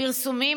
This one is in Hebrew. הפרסומים